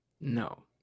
No